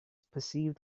perceived